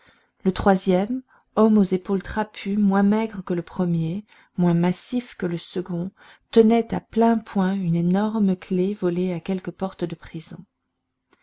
le troisième homme aux épaules trapues moins maigre que le premier moins massif que le second tenait à plein poing une énorme clef volée à quelque porte de prison